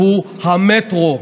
שהוא המטרו,